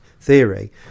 theory